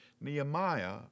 Nehemiah